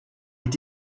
est